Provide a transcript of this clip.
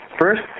first